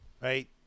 Right